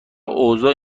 اوضاع